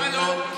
למה לא?